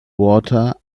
water